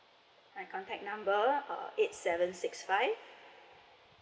my contact number uh eight seven six five